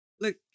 look